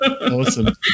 Awesome